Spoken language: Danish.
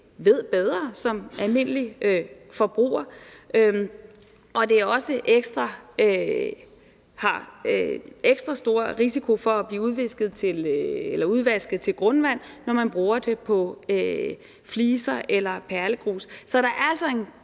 fordi man som almindelig forbruger ikke ved bedre. Der er også ekstra stor risiko for, at det bliver udvasket til grundvandet, når man bruger det på fliser eller perlegrus. Så der er altså en